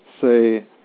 say